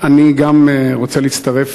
אני גם רוצה להצטרף,